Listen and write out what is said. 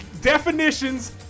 Definitions